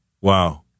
Wow